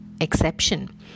exception